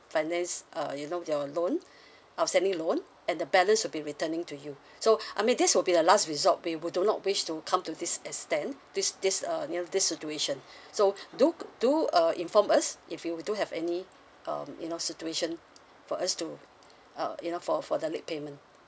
finance uh you know your loan outstanding loan and the balance will be returning to you so I mean this will be the last resort we do not wish to come to this extent this this uh you know this situation so do do uh inform us if you do have any um you know situation for us to uh you know for for the late payment